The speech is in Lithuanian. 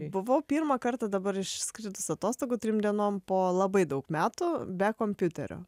buvau pirmą kartą dabar išskridus atostogų trim dienom po labai daug metų be kompiuterio